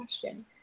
question